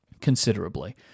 considerably